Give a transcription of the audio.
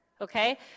Okay